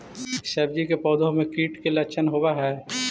सब्जी के पौधो मे कीट के लच्छन होबहय?